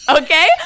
Okay